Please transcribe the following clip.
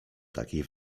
takiej